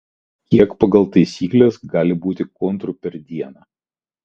kiek pagal taisykles gali būti kontrų per dieną